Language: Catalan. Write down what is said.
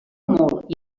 molt